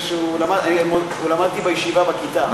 הוא למד אתי בכיתה בישיבה.